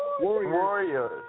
Warriors